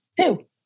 Two